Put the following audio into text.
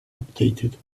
updated